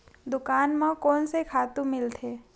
दुकान म कोन से खातु मिलथे?